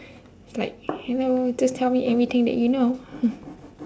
like you know just tell me anything that you know